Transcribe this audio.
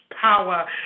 power